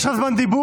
יש לך זמן דיבור,